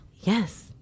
Yes